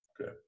Okay